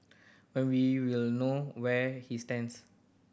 then we will know where he stands